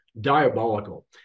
diabolical